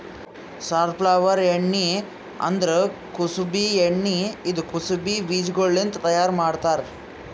safflower ಎಣ್ಣಿ ಅಂದುರ್ ಕುಸುಬಿ ಎಣ್ಣಿ ಇದು ಕುಸುಬಿ ಬೀಜಗೊಳ್ಲಿಂತ್ ತೈಯಾರ್ ಮಾಡ್ತಾರ್